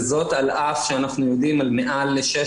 וזאת על אף שאנחנו עומדים עד מעל לשש